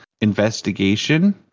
investigation